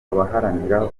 abaharanira